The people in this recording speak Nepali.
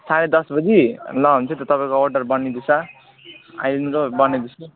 साढे दस बजी ल हुन्छ त तपाईँको अर्डर बनिँदैछ अहिले नै ल बनाइदिन्छु